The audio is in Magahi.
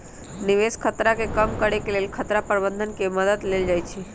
निवेश खतरा के कम करेके लेल खतरा प्रबंधन के मद्दत लेल जाइ छइ